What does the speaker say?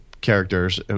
characters